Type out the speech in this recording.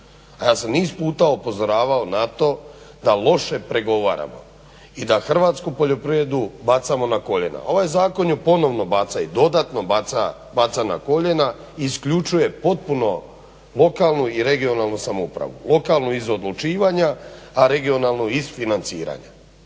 Ja sam niz puta upozoravao na to da loše pregovaramo i da hrvatsku poljoprivredu bacamo na koljena. Ovaj zakon ju ponovno baca i dodatno baca na koljena. Isključuje potpuno lokalnu i regionalnu samoupravu. Lokalnu iz odlučivanja a regionalnu iz financiranja.